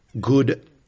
good